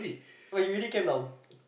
what you really came down